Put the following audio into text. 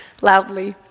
loudly